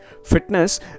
fitness